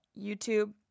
YouTube